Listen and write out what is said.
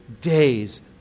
days